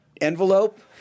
envelope